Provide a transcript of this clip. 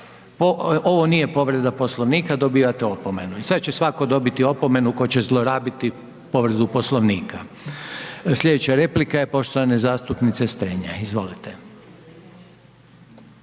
Ovo nije povreda Poslovnika, dobivate opomenu i sad će svatko dobiti opomenu tko će zlorabiti povredu Poslovnika. Sljedeća replika je poštovane zastupnice Strenja. Izvolite.